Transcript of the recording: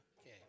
Okay